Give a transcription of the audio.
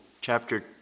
chapter